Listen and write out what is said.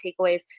takeaways